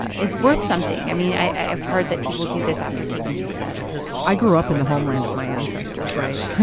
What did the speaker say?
is worth something? i mean, i have heard that people do this after taking these tests i grew up in the homeland of my ancestors, right?